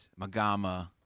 Magama